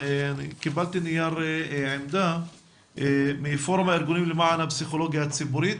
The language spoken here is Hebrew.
קיבלתי נייר עמדה מפורום הארגונים למען הפסיכולוגיה הציבורית.